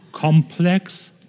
Complex